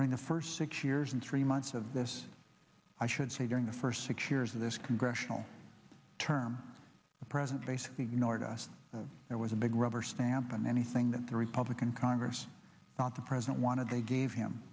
during the first six years and three months of this i should say during the first six years of this congressional term the president basically ignored us it was a big rubber stamp and anything that the republican congress not the president wanted they gave him